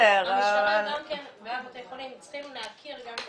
--- המשטרה ובתי החולים צריכים להכיר.